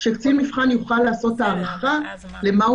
שקצין המבחן יוכל לעשות ההערכה למה הוא